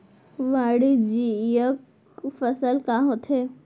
वाणिज्यिक फसल का होथे?